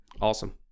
Awesome